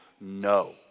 No